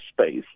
space